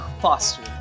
Foster